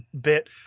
bit